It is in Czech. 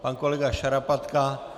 Pan kolega Šarapatka.